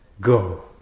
go